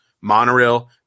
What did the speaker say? Monorail